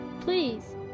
Please